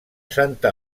santa